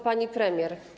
Pani Premier!